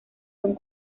son